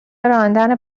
راندن